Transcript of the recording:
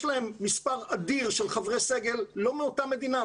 יש להם מספר אדיר של חברי סגל לא מאותה מדינה,